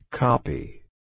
Copy